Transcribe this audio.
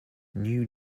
new